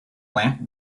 plant